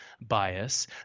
bias